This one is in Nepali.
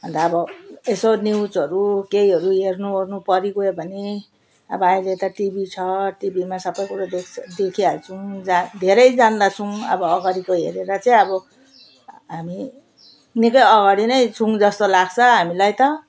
अन्त अब यसो न्युजहरू केहीहरू हेर्नुओर्नु परिगयो भने अब अहिले त टिभी छ टिभीमा सबै कुरो देख्छ देखिहाल्छौँ जा धेरै जान्दछौँ अब अगाडिको हेरेर चाहिँ अब हामी निकै अगाडि नै छौँ जस्तो लाग्छ हामीलाई त